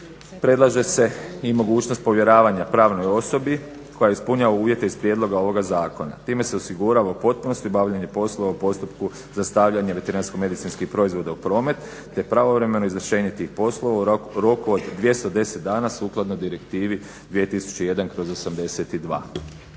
predlaže se i mogućnost povjeravanja pravnoj osobi koja ispunjava uvjete iz prijedloga ovoga zakona. Time se osigurava u potpunosti obavljanje poslova u postupku sastavljanja veterinarsko-medicinskih proizvoda u promet, te pravovremeno izvršenje tih poslova u roku od 210 dana sukladno direktivi 2001/82.